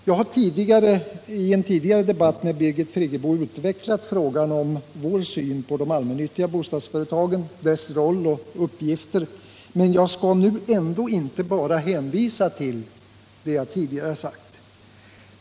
Jag har i en tidigare debatt med Birgit Friggebo utvecklat vår syn på de allmännyttiga bostadsföretagen, deras roll och uppgifter, men jag skall nu ändå inte bara hänvisa till det jag tidigare sagt.